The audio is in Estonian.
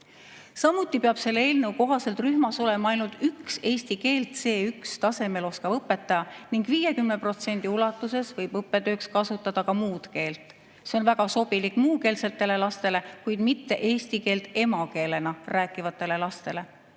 Samuti peab selle eelnõu kohaselt rühmas olema ainult üks eesti keelt C1-tasemel oskav õpetaja ning 50% ulatuses võib õppetööks kasutada ka muud keelt. See on väga sobilik muukeelsetele lastele, kuid mitte eesti keelt emakeelena rääkivatele lastele.